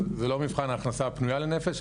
אבל זה לא מבחן ההכנסה הפנויה לנפש,